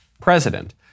president